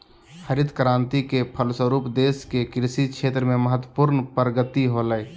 हरित क्रान्ति के फलस्वरूप देश के कृषि क्षेत्र में महत्वपूर्ण प्रगति होलय